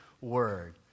word